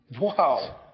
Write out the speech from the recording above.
Wow